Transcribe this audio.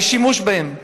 השימוש בהן.